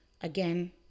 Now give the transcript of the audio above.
Again